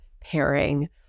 pairing